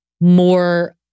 more